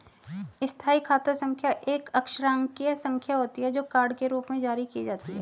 स्थायी खाता संख्या एक अक्षरांकीय संख्या होती है, जो कार्ड के रूप में जारी की जाती है